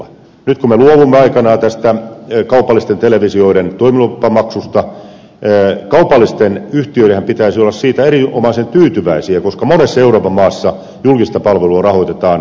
nyt kun me luovumme aikanaan tästä kaupallisten televisioiden toimilupamaksusta kaupallisten yhtiöidenhän pitäisi olla siitä erinomaisen tyytyväisiä koska monessa euroopan maassa julkista palvelua rahoitetaan myöskin mainoseuroilla ja meillä ei